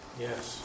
Yes